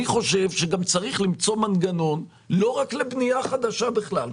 אני חושב שגם צריך למצוא מנגנון לא רק לבנייה חדשה בכלל.